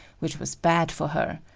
which was bad for her.